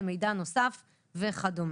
למידע נוסף וכדומה.